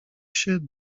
się